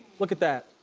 look at that,